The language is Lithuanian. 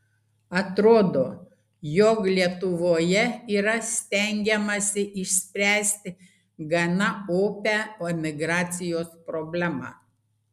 atrodo jog lietuvoje yra stengiamasi išspręsti gana opią emigracijos problemą